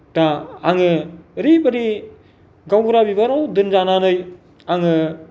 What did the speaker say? दा आङो ओरैबादि गावबुरा बिबानाव दोनजानानै आङो